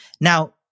Now